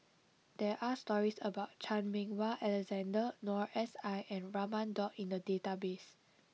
there are stories about Chan Meng Wah Alexander Noor S I and Raman Daud in the database